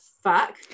fuck